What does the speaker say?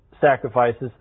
sacrifices